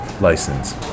license